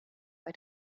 bei